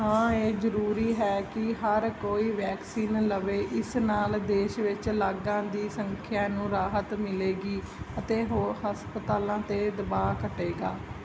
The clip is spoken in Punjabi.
ਹਾਂ ਇਹ ਜ਼ਰੂਰੀ ਹੈ ਕਿ ਹਰ ਕੋਈ ਵੈਕਸੀਨ ਲਵੇ ਇਸ ਨਾਲ ਦੇਸ਼ ਵਿੱਚ ਲਾਗਾਂ ਦੀ ਸੰਖਿਆ ਨੂੰ ਰਾਹਤ ਮਿਲੇਗੀ ਅਤੇ ਹੋ ਹਸਪਤਾਲਾਂ 'ਤੇ ਦਬਾਅ ਘਟੇਗਾ